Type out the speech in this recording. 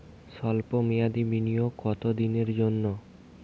সল্প মেয়াদি বিনিয়োগ কত দিনের জন্য?